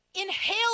inhale